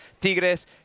Tigres